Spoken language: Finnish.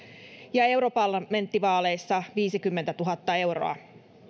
ja europarlamenttivaaleissa viisikymmentätuhatta euroa